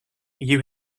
you